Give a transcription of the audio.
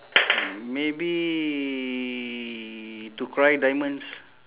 maybe to cry diamonds